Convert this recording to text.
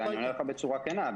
אני אומר לך בצורה כנה.